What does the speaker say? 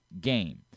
game